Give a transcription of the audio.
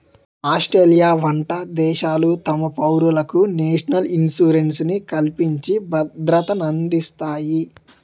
Australia వంట దేశాలు తమ పౌరులకు నేషనల్ ఇన్సూరెన్స్ ని కల్పించి భద్రతనందిస్తాయి